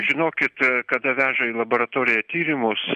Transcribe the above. žinokite kada vežė į laboratoriją tyrimus